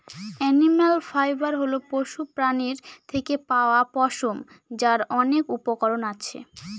animal fibre হল পশুপ্রাণীর থেকে পাওয়া পশম, যার অনেক উপকরণ আছে